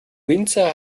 winzer